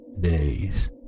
days